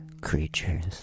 creatures